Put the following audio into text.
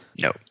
No